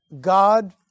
God